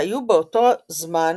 שהיו באותו זמן